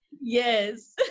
yes